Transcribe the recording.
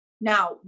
Now